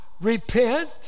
Repent